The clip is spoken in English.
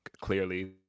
clearly